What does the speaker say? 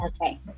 Okay